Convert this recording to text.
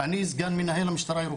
אני סגן המשטרה הירוקה.